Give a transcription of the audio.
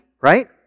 right